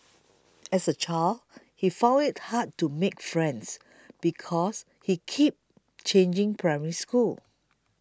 as a child he found it hard to make friends because he kept changing Primary Schools